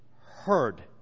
heard